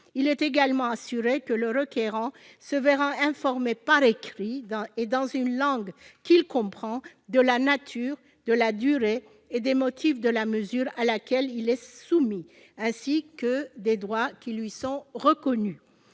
Il y est également assuré que le requérant se verra informé par écrit, et dans une langue qu'il comprend, de la nature, de la durée et des motifs de la mesure à laquelle il est soumis, ainsi que des droits qui lui sont reconnus.